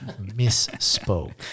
misspoke